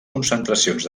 concentracions